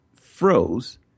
froze